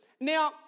Now